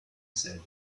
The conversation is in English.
said